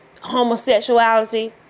homosexuality